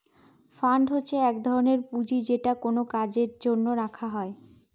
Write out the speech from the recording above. fund হচ্ছে এক ধরনের পুঁজি যেটা কোনো কাজের জন্য রাখা হয়